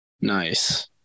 Nice